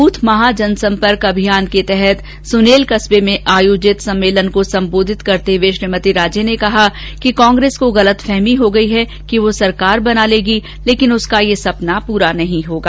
booth महा जनसम्पर्क अभियान के तहत सुनेल कस्बे में आयोजित बूथ सम्मेलन को सम्बोधित करते हुए श्रीमती राजे ने कहा कि कांग्रेस को गलतफहमी हो गई है कि वह सरकार बना लेगी लेकिन उसका यह सपना पूरी नहीं होगा